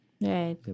Right